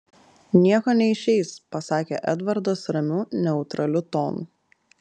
nieko neišeis pasakė edvardas ramiu neutraliu tonu